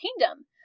kingdom